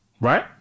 right